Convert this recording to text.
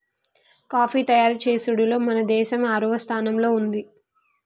coffee తయారు చేసుడులో మన దేసం ఆరవ స్థానంలో ఉంది